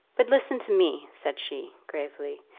but listen to me, said she, gravely.